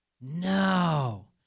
No